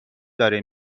داره